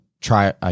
try